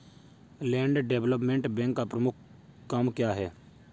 Land development bank का प्रमुख काम क्या है?